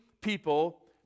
people